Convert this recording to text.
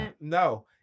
No